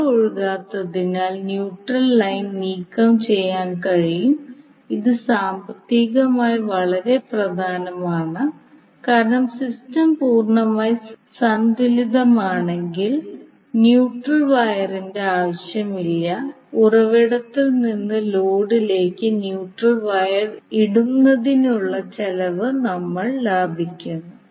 current ഒഴുകാത്തതിനാൽ neutral line നീക്കം ചെയ്യാൻ കഴിയും ഇത് സാമ്പത്തികമായി വളരെ പ്രധാനമാണ് കാരണം സിസ്റ്റം പൂർണ്ണമായും സന്തുലിതമാണെങ്കിൽ ന്യൂട്രൽ വയറിൻറെ ആവശ്യമില്ല ഉറവിടത്തിൽ നിന്ന് ലോഡിലേക്ക് ന്യൂട്രൽ വയർ ഇടുന്നതിനുള്ള ചെലവ് നമ്മൾ ലാഭിക്കുന്നു